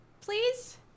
Please